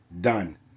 Done